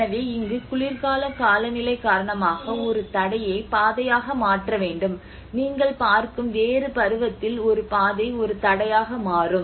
எனவே இங்கு குளிர்கால காலநிலை காரணமாக ஒரு தடையை பாதையாக மாற்ற வேண்டும் நீங்கள் பார்க்கும் வேறு பருவத்தில் ஒரு பாதை ஒரு தடையாக மாறும்